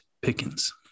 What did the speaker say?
pickens